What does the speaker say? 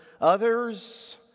Others